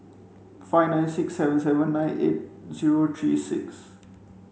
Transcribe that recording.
five nine six seven seven nine eight zero three six